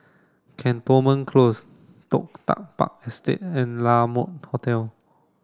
Cantonment Close Toh Tuck Park Estate and La Mode Hotel